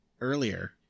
earlier